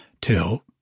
till